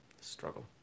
Struggle